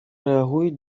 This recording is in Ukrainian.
реагують